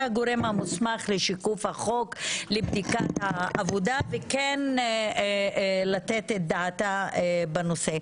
הגורם המוסמך לשיקוף החוק לבדיקת העבודה וכן לתת את דעתה בנושא.